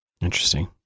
Interesting